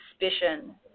suspicion